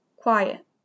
Quiet